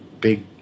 big